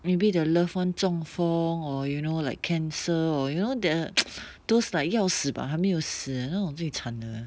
maybe the loved [one] 中风 or you know like cancer or you know the those like 要死 but 还没有死那种最惨的